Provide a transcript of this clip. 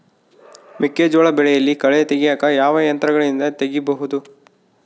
ಮೆಕ್ಕೆಜೋಳ ಬೆಳೆಯಲ್ಲಿ ಕಳೆ ತೆಗಿಯಾಕ ಯಾವ ಯಂತ್ರಗಳಿಂದ ತೆಗಿಬಹುದು?